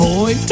Boy